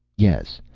yes.